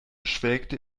schwelgte